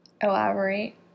Elaborate